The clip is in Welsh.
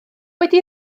wedi